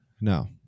No